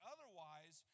Otherwise